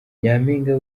nyampinga